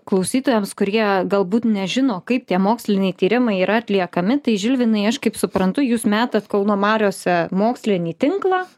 klausytojams kurie galbūt nežino kaip tie moksliniai tyrimai yra atliekami tai žilvinai aš kaip suprantu jūs metat kauno mariose mokslinį tinklą